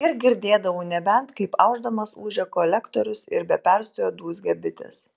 ir girdėdavau nebent kaip aušdamas ūžia kolektorius ir be perstojo dūzgia bitės